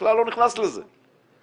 בכלל לא נכנס לזה, למדרגות,